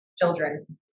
Children